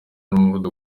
n’umuvuduko